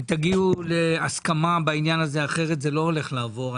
ותגיעו להסכמה בעניין הזה אחרת זה לא הולך לעבור,